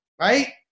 right